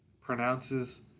pronounces